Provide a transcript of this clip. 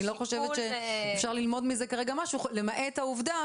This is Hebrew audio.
אז אני לא חושבת שאפשר ללמוד מזה כרגע משהו למעט העובדה,